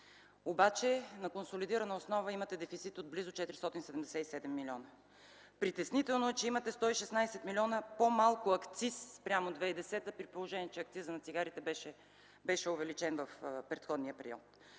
обаче на консолидирана основа имате дефицит от близо 477 милиона. Притеснително е, че имате 116 милиона по-малко акциз спрямо 2010 г., при положение че акцизът на цигарите беше увеличен в предходния период.